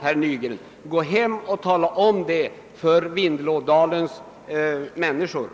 Herr Nygren, gå hem och tala om det för människorna i Vindelådalen!